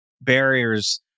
barriers